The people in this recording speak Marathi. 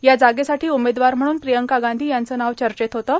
या जागेसाठी उमेदवार म्हणून प्रियंका गांधी यांचं नाव चर्चेत होतं